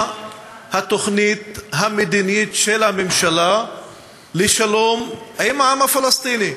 מה התוכנית המדינית של הממשלה לשלום עם העם הפלסטיני?